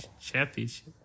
Championship